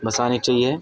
بسانی چاہیے